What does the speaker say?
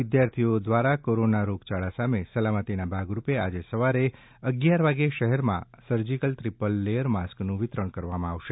વિદ્યાર્થીઓ દ્વારા કોરોના રોગયાળા સામે સલામતીનાં ભાગરૂપે આજે સવારે અગિયાર વાગે શહેરમાં સર્જીકલ ત્રિપલ લેયર માસ્કનુ વિતરણ કરવામાં આવશે